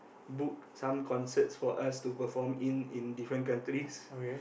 book some concert for us to perform in in different countries